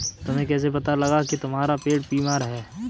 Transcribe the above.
तुम्हें कैसे पता लगा की तुम्हारा पेड़ बीमार है?